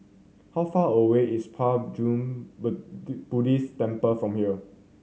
how far away is Puat June Buddhist Temple from here